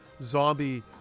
zombie